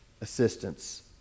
assistance